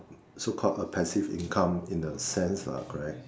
so called a passive income in a sense lah correct